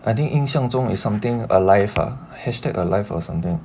I think 印象中 is something alive ah hashtag alive or something